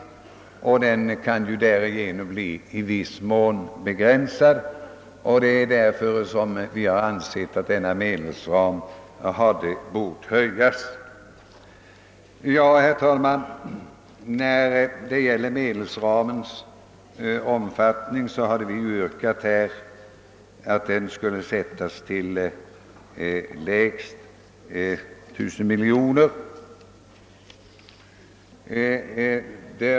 Därigenom kan den i viss mån bli begränsad. Vi har därför ansett att denna medelsram borde ha höjts. Herr talman! Vad gäller låneramens omfattning hade vi i motionen yrkat att den skulle sättas till lägst 1000 miljoner kronor.